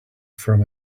from